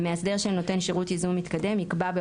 המאסדר של נותן שירות ייזום מתקדם יקבע,